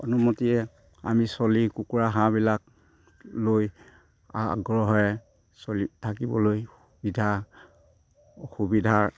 অনুমতিয়ে আমি চলি কুকুৰা হাঁহবিলাক লৈ আগ্ৰহেৰে চলি থাকিবলৈ সুবিধা সুবিধাৰ